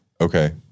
Okay